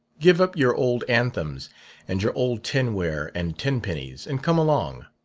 give up your old anthems and your old tinware and tenpennies and come along.